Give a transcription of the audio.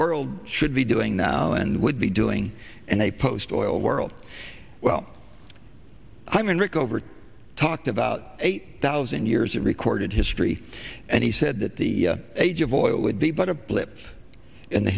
world should be doing now and would be doing and they post oil world well hyman rickover talked about eight thousand years of recorded history and he said that the age of oil would be but a blip in the